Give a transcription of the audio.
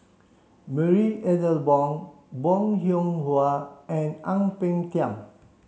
Marie Ethel Bong Bong Hiong Hwa and Ang Peng Tiam